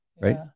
Right